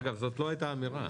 אגב, זאת לא הייתה אמירה.